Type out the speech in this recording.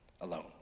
alone